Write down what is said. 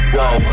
Whoa